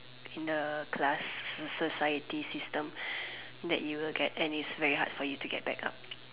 in a class so society system that you will get and it's very hard for you to get back up